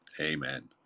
Amen